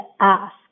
ask